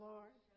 Lord